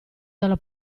dalla